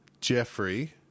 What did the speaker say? Jeffrey